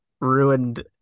ruined